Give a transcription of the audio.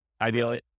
Ideally